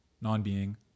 non-being